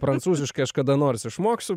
prancūziškai aš kada nors išmoksiu